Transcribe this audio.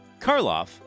Karloff